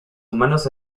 humanos